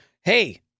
hey